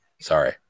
Sorry